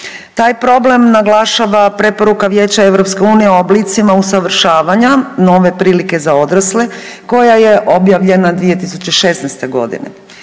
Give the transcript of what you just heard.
Taj problem naglašava preporuka Vijeća Europske unije o oblicima usavršavanja nove prilike za odrasle, koja je objavljena 2016. godine.